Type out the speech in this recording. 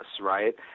right